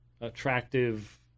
attractive